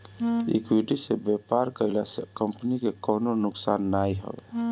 equity से व्यापार कईला से कंपनी के कवनो नुकसान नाइ हवे